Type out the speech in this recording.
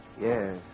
Yes